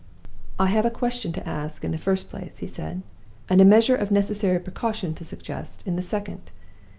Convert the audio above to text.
i have a question to ask, in the first place, he said and a measure of necessary precaution to suggest, in the second.